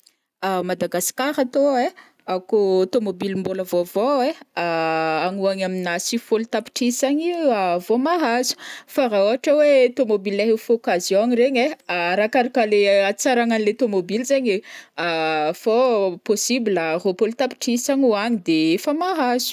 A Madagascar atô ai, kô tomobily mbola vaovao aii, agny ho agny aminà sivy fôlo tapitrisa agny vao mahazo, fa raha ohatra hoe tomobily leha efa occasion regny, arakaraka leha hatsarangnan le tomobily zaign ee fao possible roapôlo tapitrisa agny ho agny d'efa mahazo.